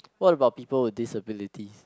what about people with disabilities